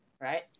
right